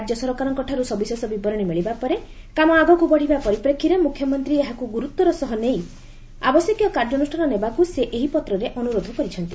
ରାଜ୍ୟ ସରକାରଙ୍କଠାରୁ ସବିଶେଷ ବିବରଣୀ ମିଳିବା ପରେ କାମ ଆଗକୁ ବଢ଼ିବା ପରିପ୍ରେଷୀରେ ମୁଖ୍ୟମନ୍ତୀ ଏହାକୁ ଗୁରୁତ୍ୱର ସହ ନେଇ ଆବଶ୍ୟକୀୟ କାର୍ଯ୍ୟାନୁଷାନ ନେବାକୁ ସେ ଏହି ପତ୍ରରେ ଅନୁରୋଧ କରିଛନ୍ତି